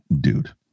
dude